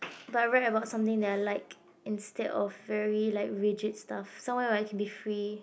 but I write about something that I like instead of very like rigid stuff somewhere where I can be free